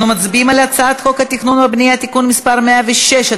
אנחנו מצביעים על הצעת חוק התכנון והבנייה (תיקון מס׳ 106),